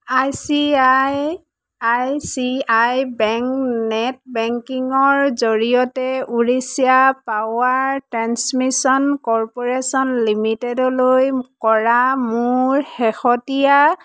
I C I I C I bank net বেংকিঙৰ জৰিয়তে Odisha power transmission corporation লিমিটেডলৈ কৰা মোৰ শেহতীয়া